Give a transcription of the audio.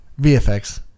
VFX